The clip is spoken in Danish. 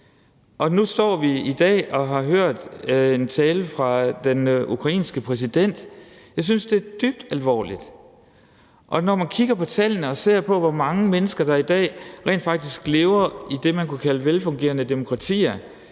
Og nu står vi i dag og har hørt en tale fra den ukrainske præsident. Jeg synes, det er dybt alvorligt. Når man kigger på tallene og ser på, hvor mange mennesker der i dag rent faktisk lever i det, man kunne kalde velfungerende demokratier,